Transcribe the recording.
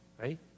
right